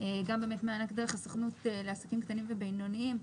גם מענק דרך הסוכנות לעסקים קטנים ובינוניים.